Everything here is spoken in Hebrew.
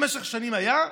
במשך שנים היו,